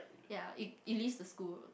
ya it it leaves the school